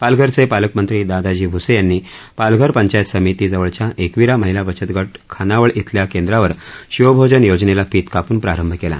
पालघरचे पालकमंत्री दादाजी भूसे यांनी पालघर पंचायत समिति जवळच्या एकविरा महिला बचत गट खानावळ इथल्या केंद्रावर शिवभोजन योजनेला फित कापून प्रारंभ केला